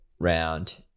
round